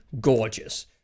gorgeous